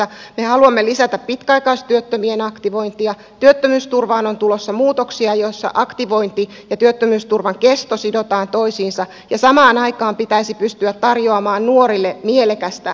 me haluamme lisätä pitkäaikaistyöttömien aktivointia työttömyysturvaan on tulossa muutoksia joissa aktivointi ja työttömyysturvan kesto sidotaan toisiinsa ja samaan aikaan pitäisi pystyä tarjoamaan nuorille mielekästä aktivointitointa